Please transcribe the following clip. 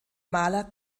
maler